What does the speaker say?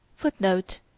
Footnote